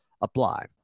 apply